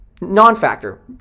Non-factor